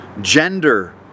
gender